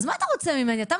מה שלוקח מכם גם